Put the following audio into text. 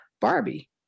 Barbie